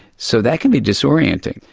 so that can be disorienting.